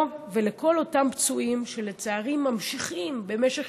לו ולכל אותם פצועים שלצערי ממשיכים במשך